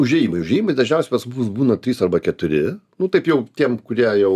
užėjimai užėjimai dažniausiai pas mus būna trys arba keturi nu taip jau tiem kurie jau